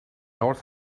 north